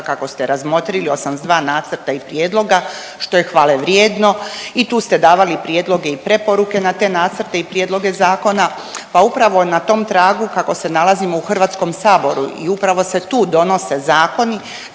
kako ste razmotrili 82 nacrta i prijedloga, što je hvale vrijedno i tu ste davali prijedloge i preporuke na te nacrte i prijedloge zakona, pa upravo na tom tragu kako se nalazimo u HS i upravo se tu donose zakoni,